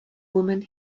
woman